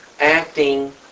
acting